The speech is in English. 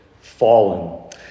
fallen